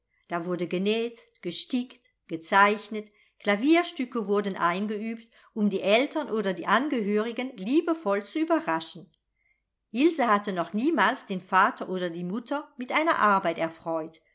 da wurde genäht gestickt gezeichnet klavierstücke wurden eingeübt um die eltern oder die angehörigen liebevoll zu überraschen ilse hatte noch niemals den vater oder die mutter mit einer arbeit